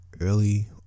early